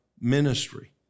ministry